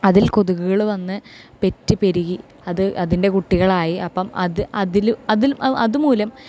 അതിൽ കൊതുകുകൾ വന്ന് പെറ്റ് പെരുകി അത് അതിൻ്റെ കുട്ടികളായി അപ്പം അത് അതിൽ അതിൽ അത് മൂലം